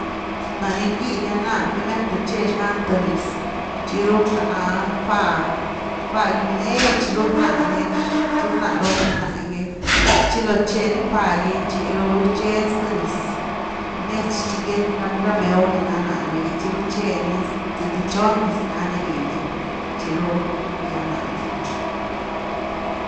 Ná ni rgibia ná, primert’e tche zgani th niz chiru rcka fá, fá gi binietch ruth ná ni ruth ná robthe ná’gy, tchi chiloo tche ni fá gy tchiru tcheni zth niz, biniech gyetni ra mew ni na nanu gy tchiru tcheni zathy chon niz ga ni rie ni tchiru ría nanu.